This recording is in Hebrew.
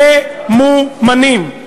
ממומנים.